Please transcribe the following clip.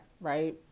right